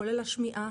כולל השמיעה,